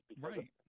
Right